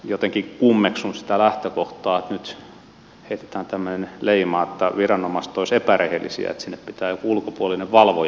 jotenkin kummeksun sitä lähtökohtaa että nyt heitetään tämmöinen leima että viranomaiset olisivat epärehellisiä että sinne pitää joku ulkopuolinen valvoja tulla